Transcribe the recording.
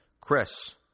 Chris